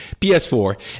PS4